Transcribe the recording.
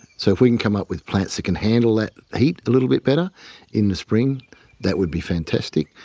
so if we can come up with plants that can handle that heat a little bit better in the spring that would be fantastic.